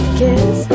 kiss